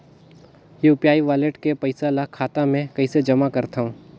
UPI wallet के पईसा ल खाता मे कइसे जमा करव?